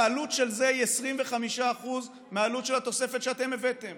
העלות של זה היא 25% מהעלות של התוספת שאתם הבאתם